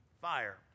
fire